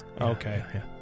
Okay